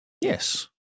Yes